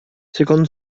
cinquante